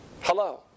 hello